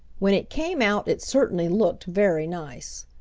when it came out it certainly looked very nice.